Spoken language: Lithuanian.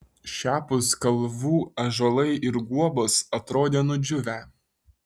šiapus kalvų ąžuolai ir guobos atrodė nudžiūvę